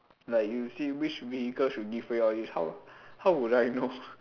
like you see which vehicle should give way all these how how will I know